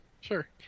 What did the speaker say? Sure